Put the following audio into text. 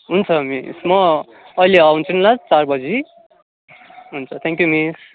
हुन्छ मिस मो अहिले आउँछु नि ल चार बजी हुन्छ थ्याङ्कयू मिस